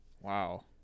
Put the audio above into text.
Wow